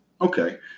okay